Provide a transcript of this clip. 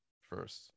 first